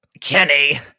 Kenny